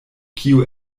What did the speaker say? kio